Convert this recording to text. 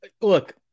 Look